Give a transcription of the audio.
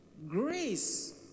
Grace